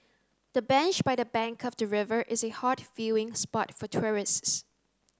the bench by the bank of the river is a hot viewing spot for tourists